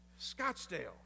Scottsdale